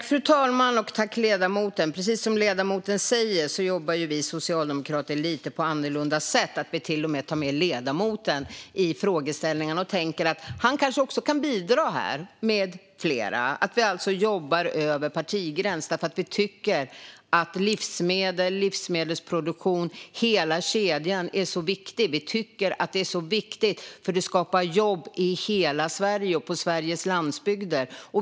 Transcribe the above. Fru talman! Precis som ledamoten säger jobbar vi socialdemokrater på ett lite annorlunda sätt genom att vi till och med tar med ledamoten i frågeställningen och tänker att han, med flera, kanske också kan bidra. Vi jobbar över partigränserna för att vi tycker att livsmedel och livsmedelsproduktion - hela kedjan - är så viktigt. Vi tycker att det är viktigt eftersom det skapar jobb i hela Sverige och på Sveriges landsbygder.